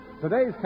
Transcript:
Today's